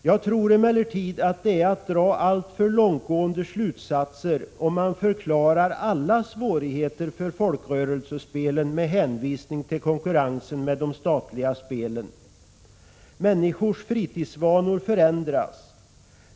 Jag tror emellertid att det är att dra alltför långtgående slutsatser, om man förklarar alla svårigheter för folkrörelsespelen med hänvisning till konkurrensen med de statliga spelen. Människors fritidsvanor förändras.